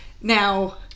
Now